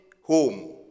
home